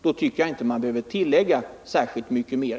Då tycker jag inte man behöver tillägga särskilt mycket mer.